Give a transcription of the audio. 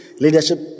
leadership